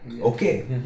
Okay